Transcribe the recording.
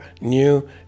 new